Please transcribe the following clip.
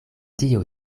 dio